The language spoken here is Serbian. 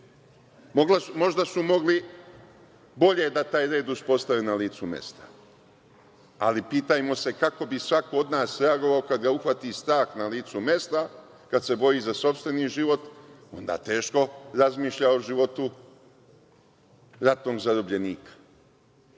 Možda su mogli bolje da taj red uspostave na licu mesta, ali pitajmo se kako bi svako od nas reagovao kad ga uhvati strah na licu mesta, kad se boji za sopstveni život? Onda teško razmišlja o životu ratnog zarobljenika.